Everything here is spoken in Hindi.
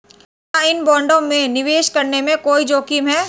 क्या इन बॉन्डों में निवेश करने में कोई जोखिम है?